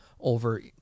over